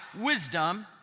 wisdom